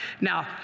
Now